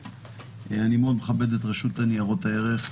אני מאוד מכבד את רשות ניירות ערך,